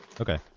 Okay